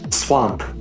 swamp